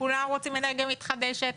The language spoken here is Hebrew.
כולם רוצים אנרגיה מתחדשת,